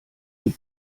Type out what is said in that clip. die